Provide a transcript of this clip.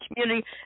community